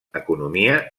economia